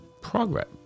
progress